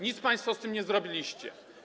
Nic państwo z tym nie zrobiliście.